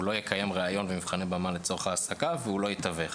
הוא לא יקיים ריאיון ומבחני במה לצורך העסקה והוא לא יתווך".